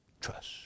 trust